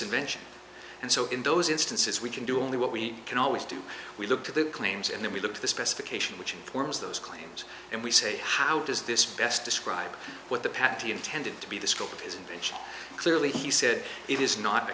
invention and so in those instances we can do only what we can always do we look to the claims and then we look to the specification which informs those claims and we say how does this best describe what the patty intended to be the scope of his invention clearly he said it is not a